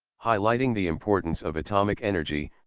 highlighting the importance of atomic energy,